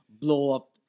blow-up